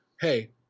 hey